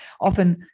often